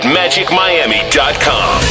magicmiami.com